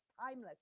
timeless